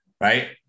right